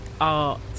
art